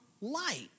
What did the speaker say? light